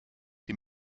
die